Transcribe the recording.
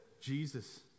Jesus